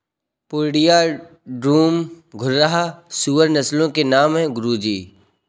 पूर्णिया, डूम, घुर्राह सूअर नस्लों के नाम है गुरु जी